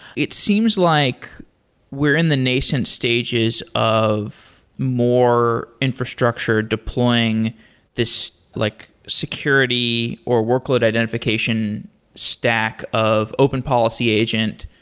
it seems like we're in the nascent stages of more infrastructure deploying this like security, or workload identification stack of open policy agent,